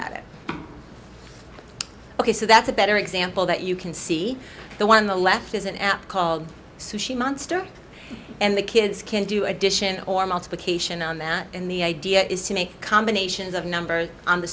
it ok so that's a better example that you can see the one the left is an app called sushi monster and the kids can do addition or multiplication on that and the idea is to make combinations of numbers on the